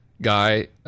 guy